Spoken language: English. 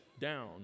down